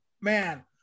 man